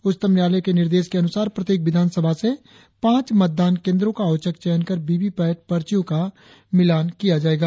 उच्चतम न्यायालय के निर्देश के अनुसार प्रत्येक विधानसभा से पांच मतदान केंद्रों का औचक चयन कर वीवीपैट पर्चियों का मिलान किया जाएगा